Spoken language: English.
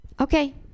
Okay